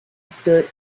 stood